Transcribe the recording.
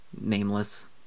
nameless